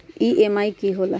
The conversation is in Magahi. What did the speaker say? ई.एम.आई की होला?